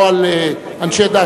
לא על אנשי דת.